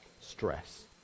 Stress